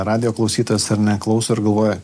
radijo klausytojas ar ne klauso ir galvoja